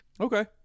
Okay